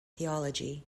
theology